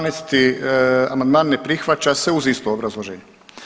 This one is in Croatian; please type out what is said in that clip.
12. amandman ne prihvaća se uz isto obrazloženje.